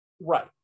Right